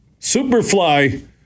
Superfly